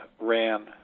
ran